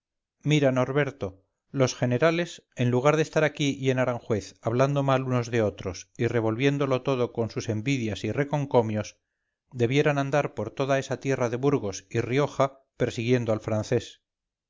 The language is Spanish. mira norberto los generales en lugar de estar aquí y en aranjuez hablando mal unos de otros y revolviéndolo todo con sus envidias y reconcomios debieran andar por toda esa tierra de burgos y rioja persiguiendo al francés